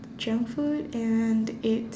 junk food and it's